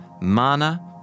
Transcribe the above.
mana